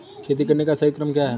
खेती करने का सही क्रम क्या है?